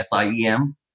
SIEM